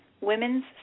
Women's